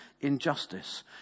injustice